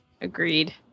Agreed